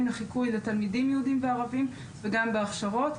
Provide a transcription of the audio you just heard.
לחיקוי לתלמידים יהודים וערבים וגם בהכשרות.